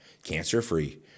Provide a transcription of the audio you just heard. cancer-free